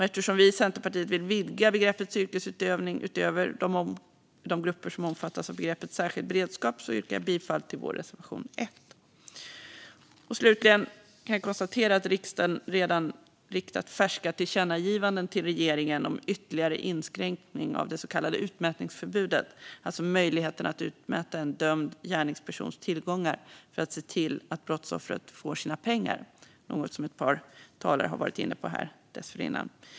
Eftersom vi i Centerpartiet vill vidga begreppet yrkesutövning utöver de grupper som omfattas av begreppet särskild beredskap yrkar jag bifall till vår reservation 1. Slutligen kan jag konstatera att riksdagen redan riktat färska tillkännagivanden till regeringen om ytterligare inskränkning av det så kallade utmätningsförbudet, alltså möjligheterna att utmäta en dömd gärningspersons tillgångar för att se till att brottsoffret får sina pengar. Det är något som ett par talare har varit inne på tidigare.